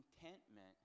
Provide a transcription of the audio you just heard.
contentment